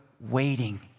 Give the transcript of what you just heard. waiting